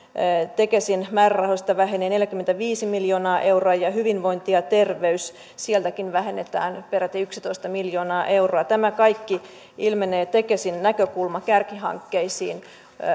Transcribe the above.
tekesin määrärahoista vähenee neljäkymmentäviisi miljoonaa euroa hyvinvointi ja terveys sieltäkin vähennetään peräti yksitoista miljoonaa euroa tämä kaikki ilmenee tekesin näkökulma kärkihankkeisiin